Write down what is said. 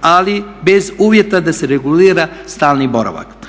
ali bez uvjeta da se regulira stalni boravak.